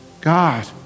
God